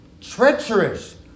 treacherous